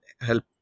help